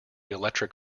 electric